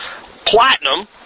Platinum